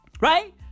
Right